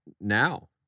now